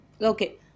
okay